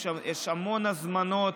יש המון הזמנות,